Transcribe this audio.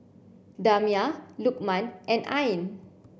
Damia Lukman and Ain